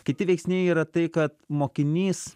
kiti veiksniai yra tai kad mokinys